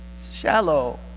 shallow